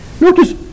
Notice